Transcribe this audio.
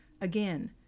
Again